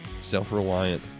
self-reliant